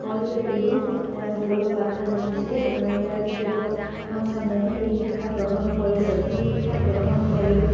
হয় যদিও সকলো বাধা নেওচি আমাৰ ইয়াৰ যুৱ চামে সেই শিক্ষা গ্ৰহণ কৰিছে সেই শিক্ষা গ্ৰহণ কৰিও